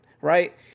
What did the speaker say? right